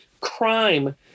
crime